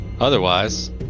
Otherwise